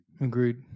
Agreed